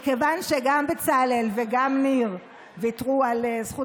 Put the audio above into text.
מכיוון שגם בצלאל וגם ניר ויתרו על זכות